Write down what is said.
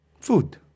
Food